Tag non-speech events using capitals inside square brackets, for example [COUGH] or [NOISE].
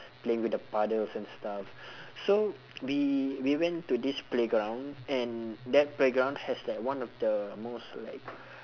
playing with the puddles and stuff [BREATH] so we we went to this playground and that playground has like one of the most like